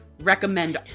recommend